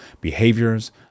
behaviors